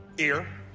ear.